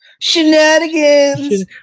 shenanigans